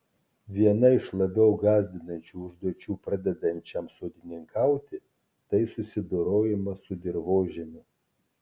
viena iš labiau gąsdinančių užduočių pradedančiam sodininkauti tai susidorojimas su dirvožemiu